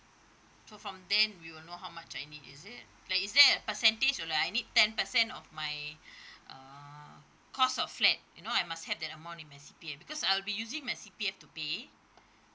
so from then we will know how much I need is it like is there a percentage or like I need ten percent of my uh cost of flat you know I must have that amount in my C_P_F because I'll be using my C_P_F to pay